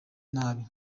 nabi